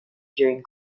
during